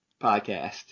podcast